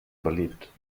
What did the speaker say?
überlebt